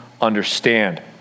understand